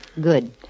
Good